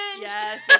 Yes